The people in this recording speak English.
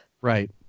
Right